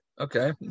Okay